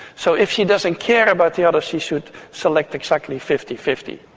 so if she doesn't care about the other she should select exactly fifty fifty.